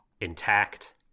intact